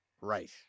Right